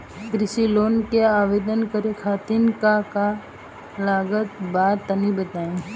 कृषि लोन के आवेदन करे खातिर का का लागत बा तनि बताई?